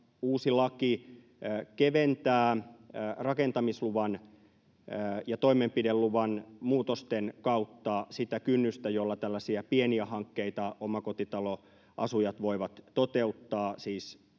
muassa madaltaa rakentamisluvan ja toimenpideluvan muutosten kautta sitä kynnystä, jolla tällaisia pieniä hankkeita omakotitaloasujat voivat toteuttaa.